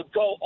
go